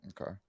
Okay